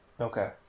Okay